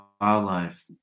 wildlife